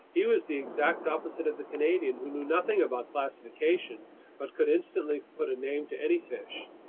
he was the exact opposite of the canadian, who knew nothing about classification but could instantly put a name to any fish.